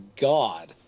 god